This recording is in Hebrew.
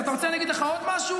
ואתה רוצה אני אגיד לך עוד משהו?